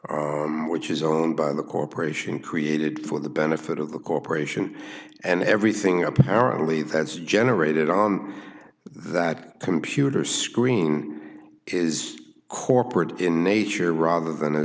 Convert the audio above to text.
website which is owned by the corporation created for the benefit of the corporation and everything apparently that's generated on that computer screen is corporate in nature rather than